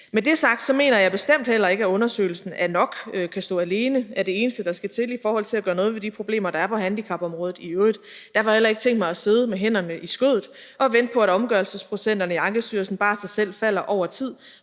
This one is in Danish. Med det sagt mener jeg bestemt heller ikke, at undersøgelsen er nok, kan stå alene, er det eneste, der skal til i forhold til at gøre noget ved de problemer, der er på handicapområdet i øvrigt. Derfor har jeg heller ikke tænkt mig at sidde med hænderne i skødet og vente på, at omgørelsesprocenterne i Ankestyrelsen bare af sig selv falder over tid,